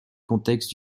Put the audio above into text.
contexte